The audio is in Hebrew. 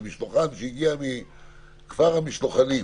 זה משלוחן שהגיע מכפר המשלוחנים,